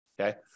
Okay